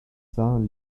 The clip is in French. cents